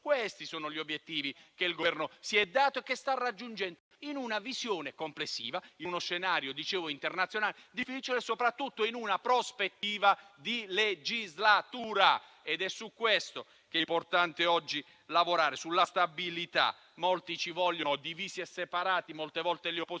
Questi sono gli obiettivi che il Governo si è dato e che sta raggiungendo in una visione complessiva, in uno scenario internazionale difficile, soprattutto in una prospettiva di legislatura. È su questo che è importante oggi lavorare: sulla stabilità. Molti nell'opposizione ci vogliono divisi e separati, invece questa